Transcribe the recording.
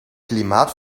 klimaat